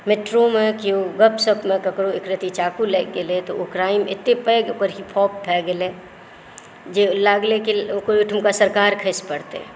मेट्रोमे केयो गप सपमे केकरो एक रत्ती चाकू लागि गेलय तऽ ओ क्राइम एतेक पैघ ओकर भऽ गेलय जे लागलै कि ओइ ठुमका सरकार खसि पड़तै